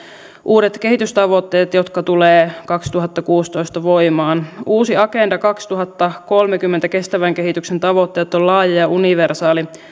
uudet kehitystavoitteet jotka tulevat kaksituhattakuusitoista voimaan uusi agenda kaksituhattakolmekymmentä kestävän kehityksen tavoitteet on laaja ja universaali